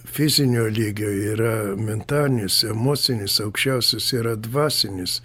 fizinio lygio yra mentalinis emocinis aukščiausias yra dvasinis